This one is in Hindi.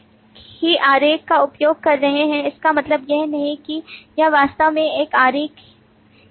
तो आप फिर से यह कहते हैं कि इसका मतलब यह नहीं है कि आप जो एक ही आरेख का उपयोग कर रहे हैं इसका मतलब यह नहीं है कि यह वास्तव में एक ही आरेख है